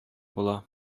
була